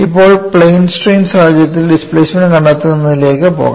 ഇപ്പോൾ plane strain സാഹചര്യത്തിൽ displacement കണ്ടെത്തുന്നതിലേക്ക് പോകാം